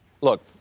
Look